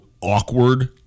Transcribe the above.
awkward